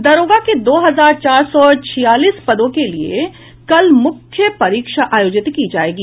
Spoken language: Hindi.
दारोगा के दो हजार चार सौ छियालीस पदों के लिए कल मुख्य परीक्षा आयोजित की जायेगी